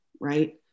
right